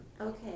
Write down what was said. Okay